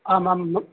आम् आम्